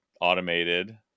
automated